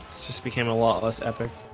it's just became a lot less epic